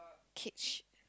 cage